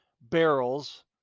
barrels